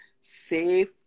safe